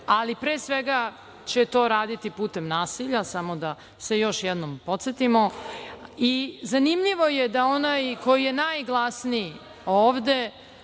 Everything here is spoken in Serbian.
ali pre svega će to raditi putem nasilja, samo da se još jednom podsetimo. Zanimljivo je da onaj ko je najglasnije ovde